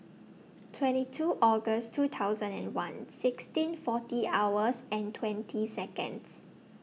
twenty two August two thousand and one sixteen forty hours and twenty Seconds